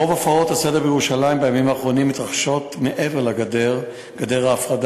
רוב הפרות הסדר בירושלים בימים האחרונים מתרחש מעבר לגדר ההפרדה,